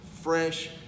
fresh